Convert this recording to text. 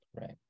Right